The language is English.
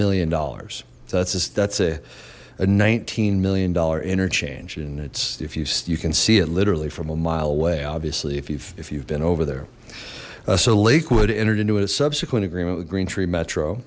million dollars that's just that's a a nineteen million dollar interchange and it's if you can see it literally from a mile away obviously if you've if you've been over there so lakewood entered into a subsequent agreement with green tree metro